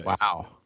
Wow